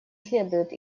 следует